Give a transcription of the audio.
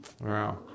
Wow